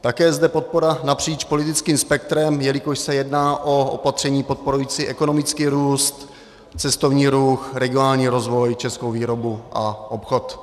Také je zde podpora napříč politickým spektrem, jelikož se jedná o opatření podporující ekonomický růst, cestovní ruch, regionální rozvoj, českou výrobu a obchodu.